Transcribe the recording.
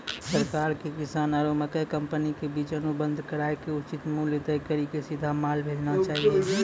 सरकार के किसान आरु मकई कंपनी के बीच अनुबंध कराय के उचित मूल्य तय कड़ी के सीधा माल भेजना चाहिए?